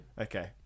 Okay